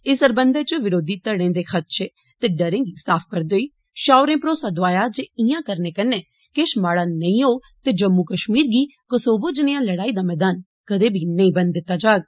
इस सरबंधै च विरोधी धड़े दे खदषे ते डरें गी साफ करदे होई षाह होरें भरोसा दोआया जे इआं करने कन्नै किष माड़ा नेई होग ते जम्मू कष्मीर गी कोसोबो जनेहा लड़ाई दा मैदान कदें नेई बनन दित्ता जाग